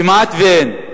כמעט שאין.